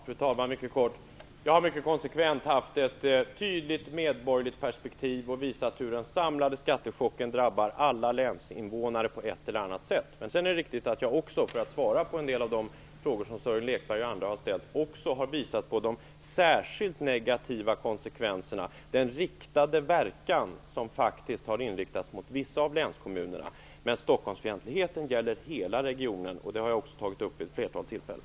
Fru talman! Mycket kort. Jag har mycket konsekvent haft ett tydligt medborgerligt perspektiv och visat hur den samlade skattechocken drabbar alla länsinvånare på ett eller annat sätt. Sedan är det riktigt att jag också, för att svara på en del av de frågor som Sören Lekberg och andra har ställt, har visat på de särskilt negativa konsekvenserna, den verkan som faktiskt har riktats mot vissa av länskommunerna. Men Stockholmsfientligheten gäller hela regionen och det har jag också tagit upp vid ett flertal tillfällen.